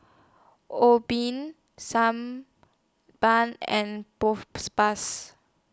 Obimin San Balm and